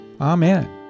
Amen